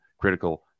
critical